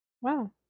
Wow